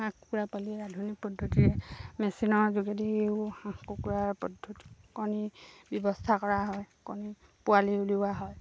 হাঁহ কুকুৰা পোৱালি আধুনিক পদ্ধতিৰে মেচিনৰ যোগেদিও হাঁহ কুকুৰাৰ পদ্ধতি কণী ব্যৱস্থা কৰা হয় কণী পোৱালি উলিওৱা হয়